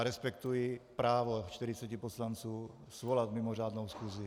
Respektuji právo čtyřiceti poslanců svolat mimořádnou schůzi.